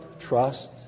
trust